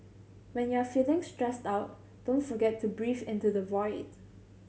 when you are feeling stressed out don't forget to breathe into the void